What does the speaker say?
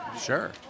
sure